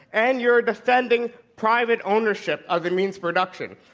and you're defending private ownership of the mean's production.